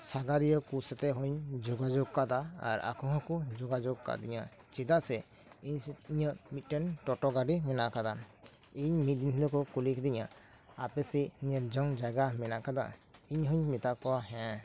ᱥᱟᱜᱷᱟᱨᱤᱭᱟᱹ ᱠᱚ ᱥᱟᱶᱛᱮ ᱦᱚᱸᱧ ᱡᱳᱜᱟᱡᱳᱜᱽ ᱟᱠᱟᱫᱟ ᱟᱨ ᱟᱠᱚ ᱦᱚᱸᱠᱚ ᱡᱳᱜᱟᱡᱳᱜᱽ ᱟᱠᱟᱫᱤᱧᱟ ᱪᱮᱫᱟᱜ ᱥᱮ ᱤᱧ ᱤᱧᱟᱹᱜ ᱢᱤᱫ ᱴᱮᱱ ᱴᱳᱴᱳ ᱜᱟᱹᱰᱤ ᱢᱮᱱᱟᱜ ᱟᱠᱟᱫᱟ ᱤᱧ ᱢᱤᱫ ᱫᱤᱱ ᱦᱤᱞᱳᱜ ᱠᱚ ᱠᱩᱞᱤ ᱠᱤᱫᱤᱧᱟ ᱟᱯᱮ ᱥᱮᱫ ᱧᱮᱞ ᱡᱚᱝ ᱡᱟᱭᱜᱟ ᱢᱮᱱᱟᱜ ᱟᱠᱟᱫᱟ ᱤᱧᱦᱚᱸᱧ ᱢᱮᱛᱟᱫ ᱠᱚᱣᱟᱧ ᱦᱮᱸ